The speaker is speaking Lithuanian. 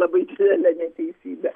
labai didelė neteisybė